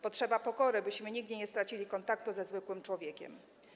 Potrzeba pokory, byśmy nigdy nie stracili kontaktu ze zwykłym człowiekiem.